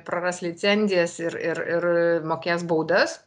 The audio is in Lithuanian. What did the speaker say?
praras licencijas ir ir ir mokės baudas